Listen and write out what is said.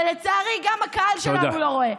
ולצערי, גם הקהל שלנו לא רואה.